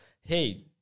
hey